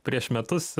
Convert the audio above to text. prieš metus